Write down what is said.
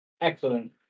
Excellent